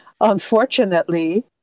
unfortunately